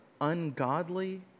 ungodly